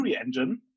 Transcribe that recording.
engine